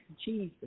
jesus